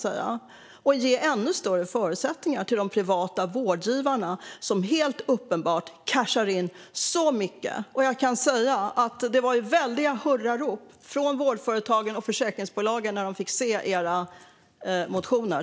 Ska vi ge ännu bättre förutsättningar för de privata vårdgivarna, som helt uppenbart cashar in så mycket? Jag kan säga att det var väldiga hurrarop från vårdföretagen och försäkringsbolagen när de fick se era motioner.